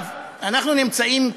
אנחנו נמצאים כיום,